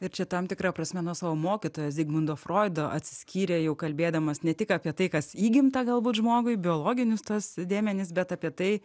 ir čia tam tikra prasme nuo savo mokytojo zigmundo froido atsiskyrė jau kalbėdamas ne tik apie tai kas įgimta galbūt žmogui biologinius tuos dėmenis bet apie tai